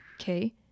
Okay